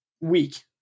week